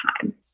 time